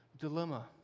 dilemma